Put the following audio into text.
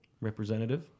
representative